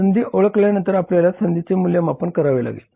संधी ओळखल्यानंतर आपल्याला संधीचे मूल्यमापन करावे लागेल